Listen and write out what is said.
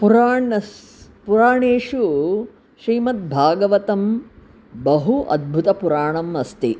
पुराणेषु पुराणेषु श्रीमद्भागवतं बहु अद्भुतं पुराणमस्ति